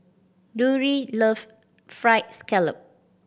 Drury love Fried Scallop